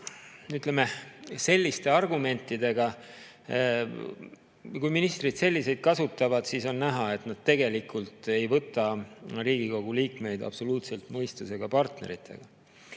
ütleme, argumentidega. Kui ministrid selliseid kasutavad, siis on näha, et nad tegelikult ei võta Riigikogu liikmeid absoluutselt mõistusega partneritena.